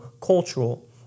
cultural